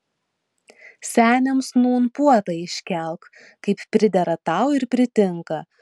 seniams nūn puotą iškelk kaip pridera tau ir pritinka